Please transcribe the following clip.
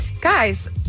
Guys